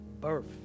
birth